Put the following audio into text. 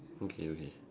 okay okay